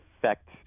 affect